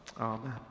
Amen